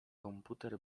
komputer